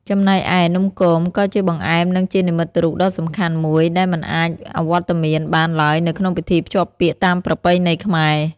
ចំណែកឯ នំគមក៏ជាបង្អែមនិងជានិមិត្តរូបដ៏សំខាន់មួយ ដែលមិនអាចអវត្តមានបានទ្បើយនៅក្នុងពិធីភ្ជាប់ពាក្យតាមប្រពៃណីខ្មែរ។